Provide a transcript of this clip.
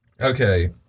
Okay